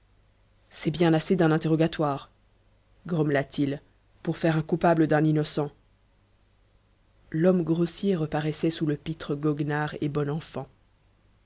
c'est bien assez d'un interrogatoire grommela-t-il pour faire un coupable d'un innocent l'homme grossier reparaissait sous le pitre goguenard et bon enfant